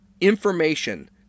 information